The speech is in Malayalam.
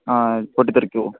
ആ പൊട്ടിത്തെറിക്കുമോ